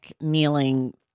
kneeling